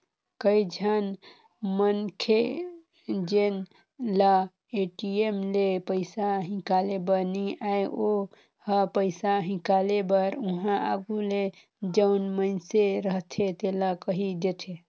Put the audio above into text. कइझन मनखे जेन ल ए.टी.एम ले पइसा हिंकाले बर नी आय ओ ह पइसा हिंकाले बर उहां आघु ले जउन मइनसे रहथे तेला कहि देथे